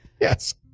Yes